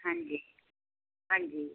ਹਾਂਜੀ ਹਾਂਜੀ